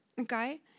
Okay